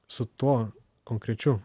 su tuo konkrečiu